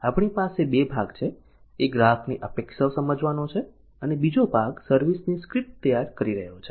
અહીં આપણી પાસે 2 ભાગ છે એક ગ્રાહકની અપેક્ષાઓ સમજવાનો છે અને બીજો ભાગ સર્વિસ ની સ્ક્રિપ્ટ તૈયાર કરી રહ્યો છે